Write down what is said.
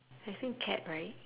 I think cat right